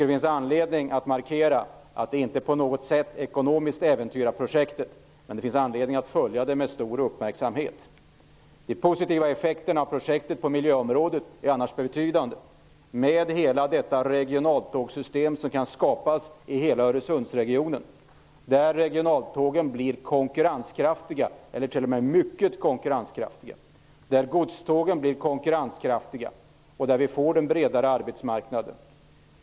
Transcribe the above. Det finns anledning att markera att det inte ekonomiskt på något sätt äventyrar projektet, men det måste följas med stor uppmärksamhet. De positiva effekterna av projektet på miljöområdet är annars betydande med det regionaltågssystem som kan skapas i hela Öresundsregionen. Regionaltågen blir konkurrenskraftiga, eller t.o.m. mycket konkurrenskraftiga, godstågen blir konkurrenskraftiga, och vi får en bredare arbetsmarknad.